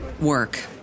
work